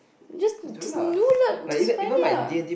just just know lah just find it lah